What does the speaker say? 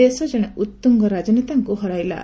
ଦେଶ ଜଶେ ଉର୍ତୁଙ୍ଗ ରାଜନେତାଙ୍କୁ ହରାଇଲା